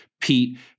Pete